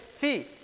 see